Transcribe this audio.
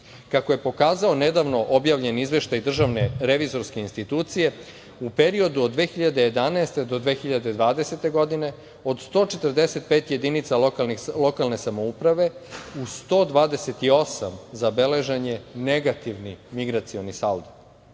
je pokazao nedavno objavljen izveštaj DRI, u periodu od 2011. do 2020. godine od 145 jedinica lokalne samouprave u 128 zabeležen je negativni migracioni saldo.